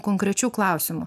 konkrečių klausimų